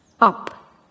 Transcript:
up